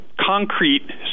concrete